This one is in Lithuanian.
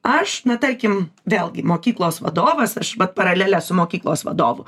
aš na tarkim vėlgi mokyklos vadovas aš vat paralele su mokyklos vadovu